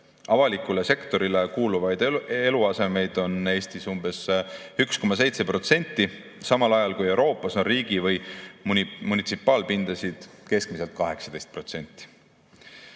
Avalikule sektorile kuuluvaid eluasemeid on Eestis umbes 1,7%, samal ajal kui Euroopas on riigi‑ või munitsipaalpindasid keskmiselt 18%.